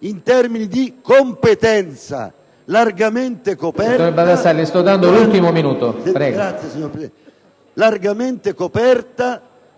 in termini di competenza largamente coperta